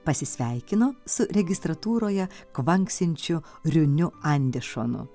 pasisveikino su registratūroje kvaksinčiu riuniu andešonu